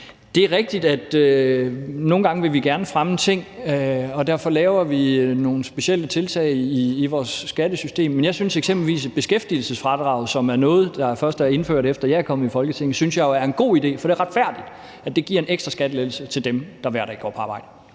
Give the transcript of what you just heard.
Det er rigtigt, at vi nogle gange gerne vil fremme ting, og derfor laver vi nogle specielle tiltag i vores skattesystem, men jeg synes eksempelvis, at beskæftigelsesfradraget, som er noget, der først er indført, efter jeg er kommet i Folketinget, er en god idé, for det er retfærdigt, at der gives en ekstra skattelettelse til dem, der går på arbejde